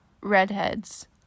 Redheads